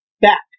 back